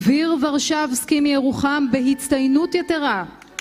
דביר ורשבסקי מירוחם בהצטיינות יתרה